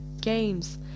games